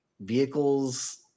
vehicles